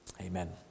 Amen